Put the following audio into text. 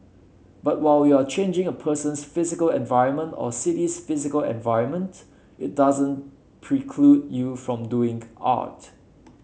but while you are changing a person's physical environment or city's physical environment it doesn't preclude you from doing art